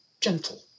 gentle